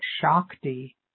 shakti